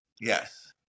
Yes